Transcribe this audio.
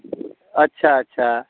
अच्छा अच्छा